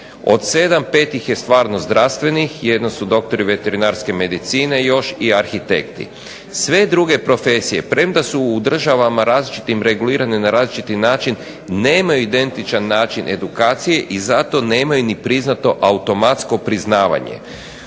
Od sedam pet ih je stvarno zdravstvenih, jedno su doktori veterinarske medicine još i arhitekti. Sve druge profesije premda su u državama različitim regulirane na različiti način, nemaju identičan način edukacije i zato nemaju ni priznato automatsko priznavanje.